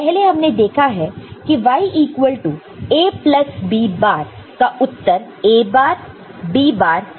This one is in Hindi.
पहले हमने देखा है की Y equal to A plus B bar का उत्तर A बार B बार है